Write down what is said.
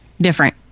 different